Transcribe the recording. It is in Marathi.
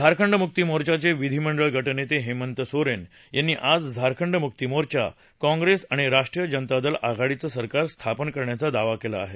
झारखंड म्क्ती मोर्चाचे विधीमंडळ गटनेते हेमंत सोरेन यांनी आज झारखंड म्क्ती मोर्चा कांग्रेस आणि राष्ट्रीय जनता दल आघाडीचं सरकार स्थापन करण्याचा दावा केला आहे